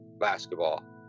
basketball